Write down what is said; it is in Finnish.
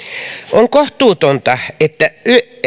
on kohtuutonta että